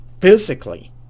physically